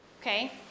okay